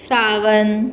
सावन